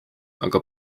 aga